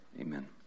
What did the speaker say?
amen